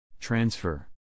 Transfer